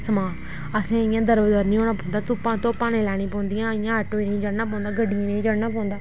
समान असेंगी इ'यां दरबदर नी होना पौंदा तुप्पा तुप्प तुप्पां नेईं लैनी पौंदियां आटो च नेई चढ़ना पौंदा गड्डियें च नेई चढ़ना पौंदा